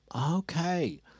Okay